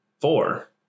four